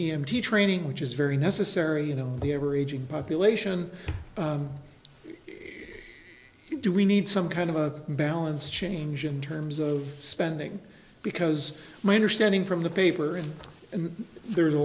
to training which is very necessary you know the every aging population do we need some kind of a balance change in terms of spending because my understanding from the paper and there's a